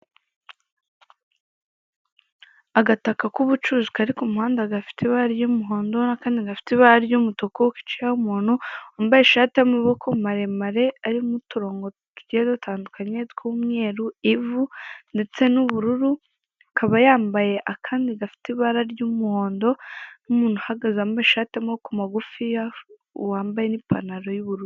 Agataka k'ubucuruzi Kari ku muhanda gafite Ibara ry'umuhondo na Kandi gafite Ibara ry'umutuku kicayeho umuntu wambaye ishati y'amaboko maremare arimo uturongo tugiye dutandukanye tw'umweru, ivu ndetse n'ubururu akaba yambaye akandi gafite Ibara ry'umuhondo n'umuntu uhagaze wambaye ishati y'amaboko magufiya wambaye n'ipantaro y'ubururu.